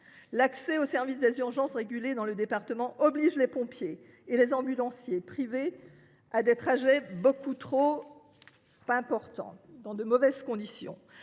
régulé au service des urgences dans le département oblige les pompiers et les ambulanciers privés à réaliser des trajets beaucoup trop importants, dans de mauvaises conditions.